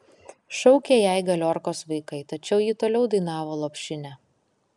šaukė jai galiorkos vaikai tačiau ji toliau dainavo lopšinę